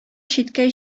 читкә